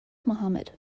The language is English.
mohamed